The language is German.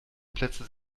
plätze